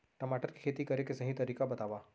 टमाटर की खेती करे के सही तरीका बतावा?